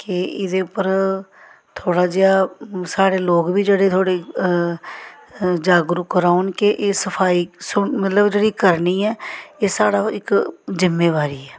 के एह्दे उप्पर थोह्ड़ा जेहा साढ़े लोक बी जेह्ड़े थोह्ड़े जागरूक रौह्न के एह् सफाई मतलब जेह्ड़ी करनी ऐ एह् साढ़ा इक जिम्मेबारी ऐ